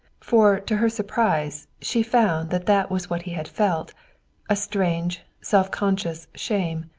for to her surprise she found that that was what he had felt a strange, self-conscious shame,